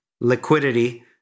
liquidity